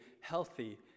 healthy